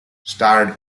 starred